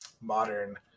modern